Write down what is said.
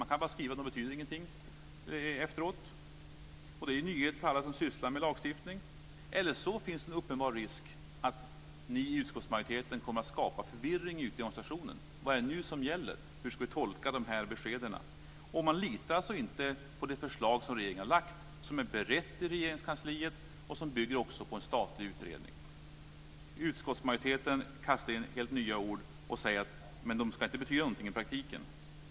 Man kan bara skriva - det betyder ingenting efteråt. Det är en nyhet för alla som sysslar med lagstiftning. Är det så finns det en uppenbar risk att ni i utskottsmajoriteten kommer att skapa förvirring ute i organisationen. Vad är det nu som gäller? Hur ska vi tolka de här beskeden? Man litar alltså inte på det förslag som regeringen har lagt fram, som är berett i Regeringskansliet och som också bygger på en statlig utredning. Utskottsmajoriteten kastar in helt nya ord men säger att de inte ska betyda något i praktiken.